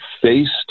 faced